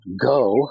go